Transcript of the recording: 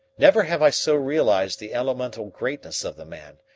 never have i so realized the elemental greatness of the man,